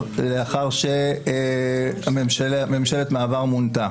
לאחר שממשלת מעבר מונתה.